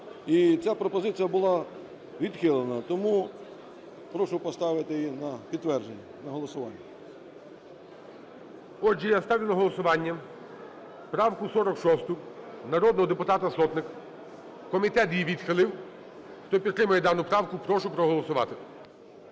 І ця пропозиція була відхилена. Тому прошу поставити її на підтвердження, на голосування. ГОЛОВУЮЧИЙ. Отже, я ставлю на голосування правку 46 народного депутата Сотник, комітет її відхилив. Хто підтримує дану правку, прошу проголосувати.